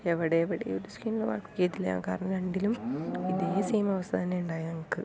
എവിടെ എവിടെ ഒരു സ്കിന്നിൽ വർക്ക് ചെയ്തില്ല കാരണം രണ്ടിലും ഇതേ സെയിം അവസ്ഥ തന്നെയാ ഉണ്ടായത് ഞങ്ങൾക്ക്